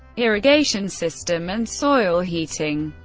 irrigation system and soil heating.